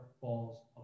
falls